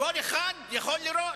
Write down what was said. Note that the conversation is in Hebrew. כל אחד יכול לירות.